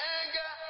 anger